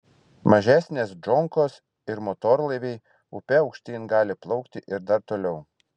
mažesnės džonkos ir motorlaiviai upe aukštyn gali plaukti ir dar toliau